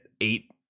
eight